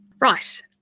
Right